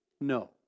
no